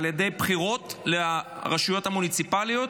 על ידי בחירות לרשויות המוניציפליות,